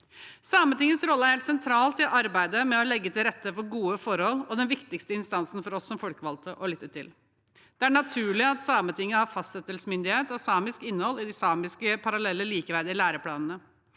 Sametingets rolle er helt sentral i arbeidet med å legge til rette for gode forhold, og de er den viktigste instansen for oss som folkevalgte å lytte til. Det er naturlig at Sametinget har fastsettelsesmyndighet av samisk innhold i de samiske parallelle, likeverdige læreplanene,